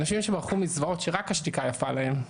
אנשים שברחו מזוועות שרק השתיקה יפה להם,